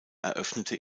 eröffnete